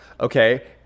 Okay